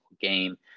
game